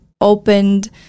Opened